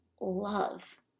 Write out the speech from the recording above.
Love